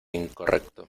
incorrecto